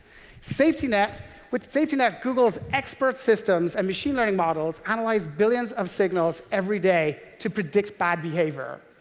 safetynet with safetynet google's expert systems and machine learning models analyze billions of signals every day to predict bad behavior.